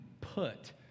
put